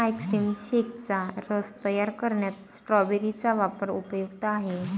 ice cream शेकचा रस तयार करण्यात स्ट्रॉबेरी चा वापर उपयुक्त आहे